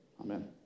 Amen